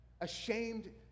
ashamed